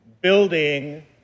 building